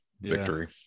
victory